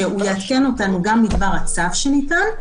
שהוא יעדכן אותנו גם בדבר הצו שניתן,